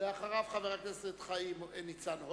ואחריו, חברי הכנסת ניצן הורוביץ,